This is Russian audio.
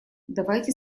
давайте